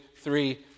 three